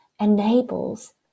enables